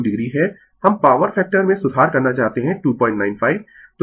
हम power factor में सुधार करना चाहते है 295